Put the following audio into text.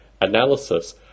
analysis